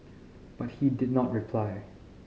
but he did not reply